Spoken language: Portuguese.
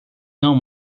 não